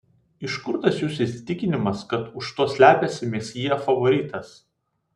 iš kur tas jūsų įsitikinimas kad už to slepiasi mesjė favoritas